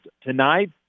tonight